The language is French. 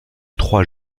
trois